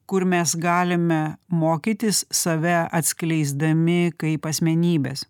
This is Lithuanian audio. kur mes galime mokytis save atskleisdami kaip asmenybes